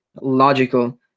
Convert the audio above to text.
logical